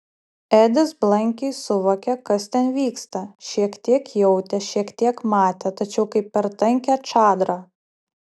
edis blankiai suvokė kas ten vyksta šiek tiek jautė šiek tiek matė tačiau kaip per tankią čadrą